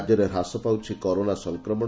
ରାଜ୍ୟରେ ହ୍ରାସ ପାଉଛି କରୋନା ସଂକ୍ରମଣ